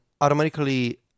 automatically